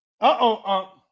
uh-oh